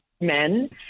men